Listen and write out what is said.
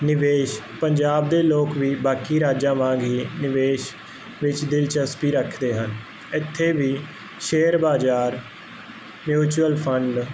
ਨਿਵੇਸ਼ ਪੰਜਾਬ ਦੇ ਲੋਕ ਵੀ ਬਾਕੀ ਰਾਜਾਂ ਵਾਂਗ ਹੀ ਨਿਵੇਸ਼ ਵਿੱਚ ਦਿਲਚਸਪੀ ਰੱਖਦੇ ਹਨ ਐਥੇ ਵੀ ਸ਼ੇਅਰ ਬਾਜਾਰ ਮਿਊਚੁਅਲ ਫੰਡ